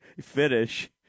finish